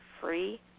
free